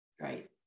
right